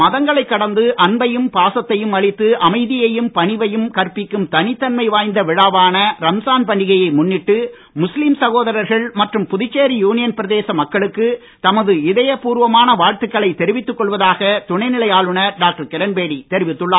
மதங்களைக் கடந்து அன்பையும் பாசத்தையம் அளித்து அமைதியையும் பணிவையும் கற்பிக்கும் தனித்தன்மை வாய்ந்த விழாவான ரம்ஜான் பண்டிகையை முன்னிட்டு முஸ்லீம் சகோதரர்கள் மற்றும் புதுச்சேரி யூனியன் பிரதேச தெரிவித்துக் மக்களுக்கு தமது இதயப்பூர்வமான வாழ்த்துக்களை கொள்வதாக துணை நிலை ஆளுநர் டாக்டர் கிரண்பேடி தெரிவித்துள்ளார்